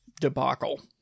debacle